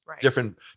different